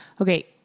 Okay